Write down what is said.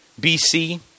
BC